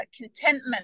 contentment